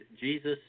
Jesus